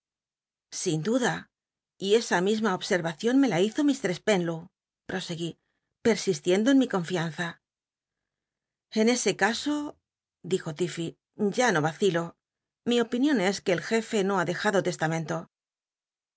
sin duda y esa misma observacion me la hizo ilr spenlow proseguí persistiendo en mi confianza en ese caso dijo l'iffey ya no vacilo mi opinion es que el jefe no ha dejado testamen